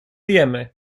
jemy